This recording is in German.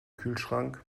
kühlschrank